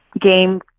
game